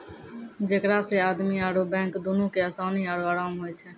जेकरा से आदमी आरु बैंक दुनू के असानी आरु अराम होय छै